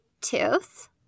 tooth